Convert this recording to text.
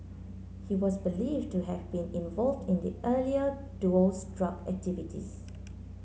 he was believed to have been involved in the earlier duo's drug activities